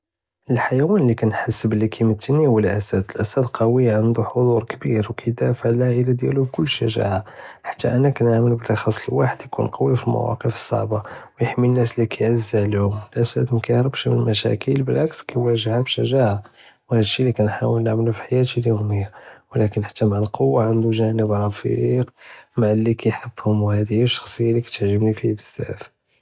אלח'יואן לי כנעס בלי ימתלני הוא אלאסד, אלאסד קווי עלא ענדו חג'ור קווי ו כידאפע עלא אלעאילה דיאלו בבכל שג'אעה חתי אנה כנעמל בחסל ואחד ikun קווי פאלמוואקף אלסעיבה יחמי לנאס לי כיעז עליהם אלאסד כמיהרבש מן אלמשاكل בעלקס כיווג'ה בשג'אעה ו הדש לי כנהאול נעמלו פי חייאתי אליומיה ולקין חתי מעא אלקווא ענדו ג'אנב רפיק מעא קולי יחבוהם ו האלדשי כרשני פיה בזאף.